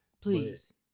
please